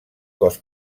cos